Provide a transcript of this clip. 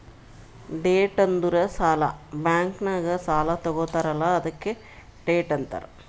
debt ಅಂದುರ್ ಸಾಲ, bank ನಾಗ್ ಸಾಲಾ ತಗೊತ್ತಾರ್ ಅಲ್ಲಾ ಅದ್ಕೆ ಡೆಟ್ ಅಂತಾರ್